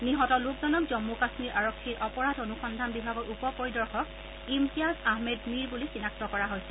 নিহত লোকজনক জম্মু কাম্মীৰ আৰক্ষীৰ অপৰাধ অনুসন্ধান বিভাগৰ উপ পৰিদৰ্শক ইমতিয়াজ আহমেদ মীৰ বুলি চিনাক্ত কৰা হৈছে